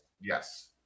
Yes